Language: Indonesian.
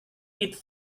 itu